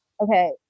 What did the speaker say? okay